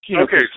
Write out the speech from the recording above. okay